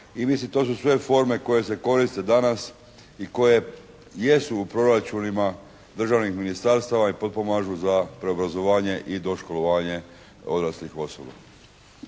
I mislim to su sve forme koje se koriste danas i koje jesu u proračunima državnih ministarstava i potpomažu za preobrazovanje i doškolovanje odraslih osoba.